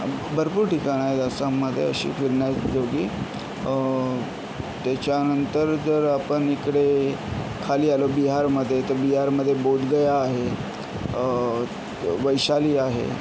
भरपूर ठिकाणं आहेत आसाममध्ये तशी फिरण्याजोगी त्याच्यानंतर जर आपण इकडे खाली आलो बिहारमध्ये तर बिहारमध्ये बौध्दगया आहे वैशाली आहे